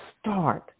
start